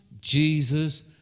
Jesus